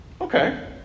Okay